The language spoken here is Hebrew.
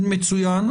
מצוין.